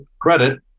credit